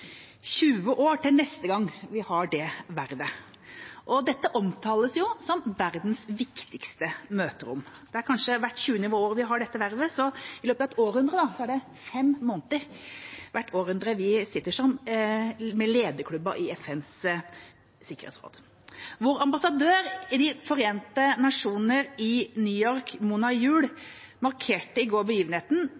20 år til neste gang vi har dette vervet. Dette omtales som verdens viktigste møterom. Det er kanskje hvert 20. år vi har dette vervet, så i løpet av et århundre er det fem måneder hvert århundre vi sitter med lederklubba i FNs sikkerhetsråd. Vår ambassadør til De forente nasjoner i New York, Mona